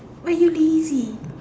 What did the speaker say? why you lazy